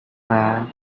man